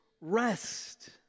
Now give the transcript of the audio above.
rest